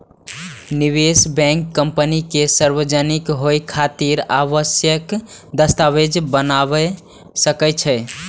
निवेश bank company के सार्वजनिक होइ खातिर आवश्यक दस्तावेज बना सकै छै